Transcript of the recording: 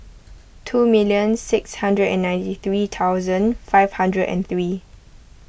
two million six hundred and ninety three thousand five hundred and three